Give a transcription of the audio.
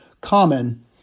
common